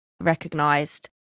recognised